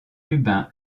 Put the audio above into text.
lubin